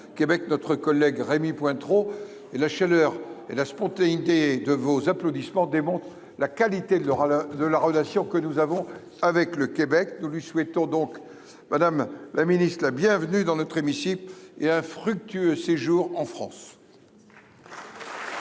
chers collègues, la chaleur et la spontanéité de vos applaudissements attestent de la qualité de la relation que nous avons avec le Québec. Nous souhaitons à Mme la ministre la bienvenue dans notre hémicycle et un fructueux séjour en France.